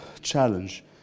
challenge